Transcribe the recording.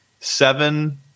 Seven